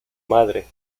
madre